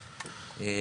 שרביט.